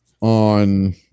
on